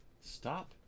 Stop